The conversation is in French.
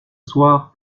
soir